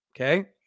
okay